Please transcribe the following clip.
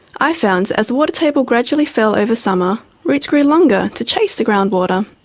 i found as the water table gradually fell over summer, roots grew longer to chase the groundwater.